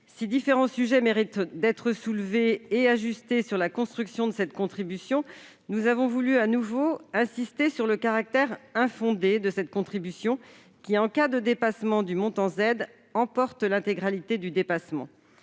Si différents sujets méritent d'être soulevés et ajustés sur la construction de cette contribution, nous avons voulu de nouveau insister sur son caractère infondé. En effet, en cas de dépassement du montant Z, cette contribution emporte l'intégralité du dépassement.